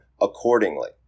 accordingly